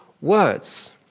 words